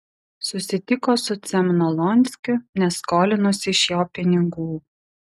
susitiko su cemnolonskiu nes skolinosi iš jo pinigų